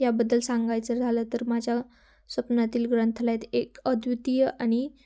याबद्दल सांगायचं झालं तर माझ्या स्वप्नातील ग्रंथालयात एक अद्वितीय आणि